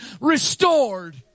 restored